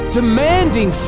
demanding